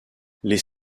les